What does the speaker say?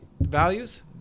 values